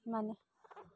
ইমানেই